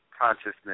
consciousness